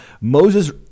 Moses